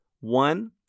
One